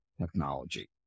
technology